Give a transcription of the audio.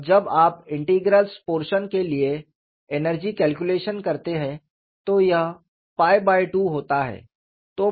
और जब आप इंटीग्रल पोरशन के लिए एनर्जी कैलकुलेशन करते है तो यह 2 होता है